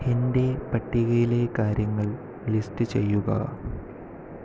എന്റെ പട്ടികയിലെ കാര്യങ്ങൾ ലിസ്റ്റ് ചെയ്യുക